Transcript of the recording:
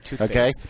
Okay